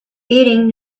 eating